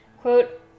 quote